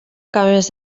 cames